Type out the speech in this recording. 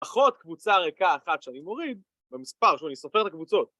אחות קבוצה ריקה אחת שאני מוריד במספר שבו אני סופר את הקבוצות